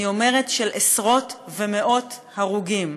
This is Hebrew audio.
אני אומרת של עשרות ומאות הרוגים.